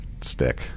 stick